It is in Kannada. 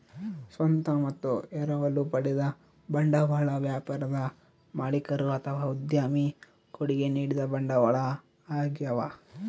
ಸ್ವಂತ ಮತ್ತು ಎರವಲು ಪಡೆದ ಬಂಡವಾಳ ವ್ಯಾಪಾರದ ಮಾಲೀಕರು ಅಥವಾ ಉದ್ಯಮಿ ಕೊಡುಗೆ ನೀಡಿದ ಬಂಡವಾಳ ಆಗ್ಯವ